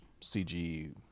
CG